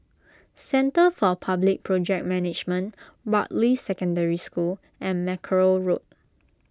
Centre for Public Project Management Bartley Secondary School and Mackerrow Road